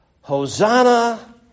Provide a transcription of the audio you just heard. Hosanna